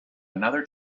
another